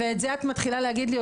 את זה את מתחילה להגיד לי,